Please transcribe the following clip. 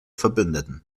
verbündeten